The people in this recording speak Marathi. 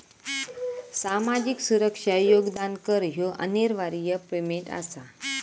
सामाजिक सुरक्षा योगदान कर ह्यो अनिवार्य पेमेंट आसा